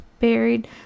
buried